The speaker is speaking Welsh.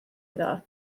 iddo